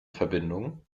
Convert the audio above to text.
verbindung